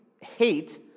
hate